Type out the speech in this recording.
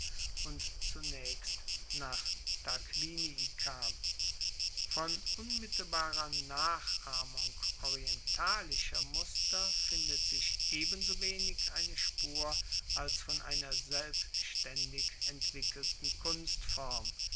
und zunaechst nach tarquinii kam von unmittelbarer nachahmung orientalischer muster findet sich ebensowenig eine spur als von einer selbstaendig entwickelten kunstform